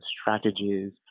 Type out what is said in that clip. strategies